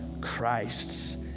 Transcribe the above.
Christ's